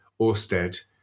Orsted